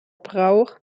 brauch